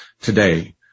today